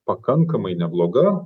pakankamai nebloga